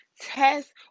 Test